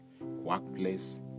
workplace